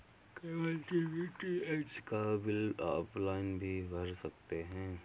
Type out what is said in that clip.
cable TV DTH का bill offline भी भर सकते हैं